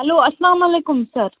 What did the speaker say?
hello اسلامُ علیکم سَر